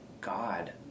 God